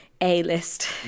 A-list